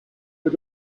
had